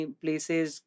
places